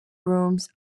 rooms